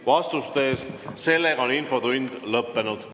vastuste eest! Sellega on infotund lõppenud.